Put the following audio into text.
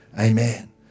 Amen